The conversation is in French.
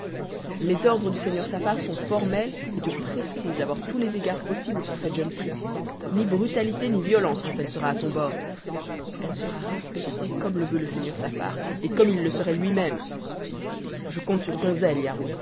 les ordres du seigneur saffar sont formels et te prescrivent d'avoir tous les égards possibles pour cette jeune fille ni brutalité ni violence quand elle sera à ton bord elle sera respectée comme le veut le seigneur saffar et comme il le serait lui-même je compte sur ton